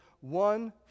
one